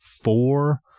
four